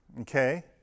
Okay